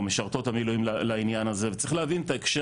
או משרתות המילואים לעניין הזה וצריך להבין את ההקשר